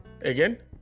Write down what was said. again